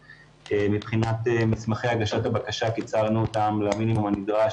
קיצרנו את מסמכי הגשת בקשה למינימום הנדרש,